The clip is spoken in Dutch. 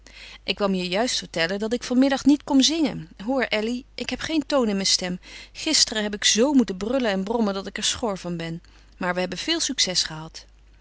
ik kwam je juist vertellen dat ik van middag niet kom zingen hoor elly ik heb geen toon in mijn stem gisteren heb ik z moeten brullen en brommen dat ik er schor van ben maar we hebben veel succes gehad